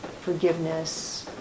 forgiveness